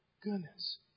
goodness